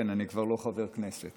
כן, אני כבר לא חבר כנסת.